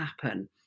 happen